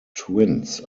twins